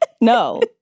no